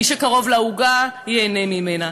מי שקרוב לעוגה ייהנה ממנה.